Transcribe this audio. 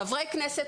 חברי כנסת,